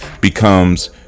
becomes